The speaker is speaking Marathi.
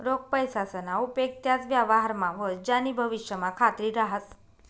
रोख पैसासना उपेग त्याच व्यवहारमा व्हस ज्यानी भविष्यमा खात्री रहास